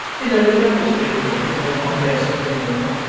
you never can persuade a woman that they'll not bear something more.